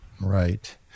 Right